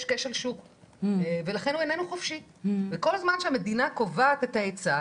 יש כשל שוק ולכן הוא איננו חופשי וכל הזמן שהמדינה קובעת את ההיצע,